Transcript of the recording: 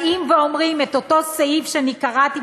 באים ואומרים את אותו סעיף שאני אמרתי,